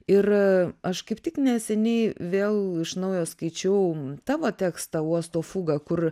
ir aš kaip tik neseniai vėl iš naujo skaičiau tavo tekstą uosto fuga kur